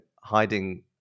hiding